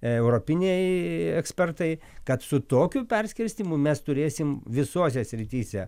europiniai ekspertai kad su tokiu perskirstymu mes turėsim visose srityse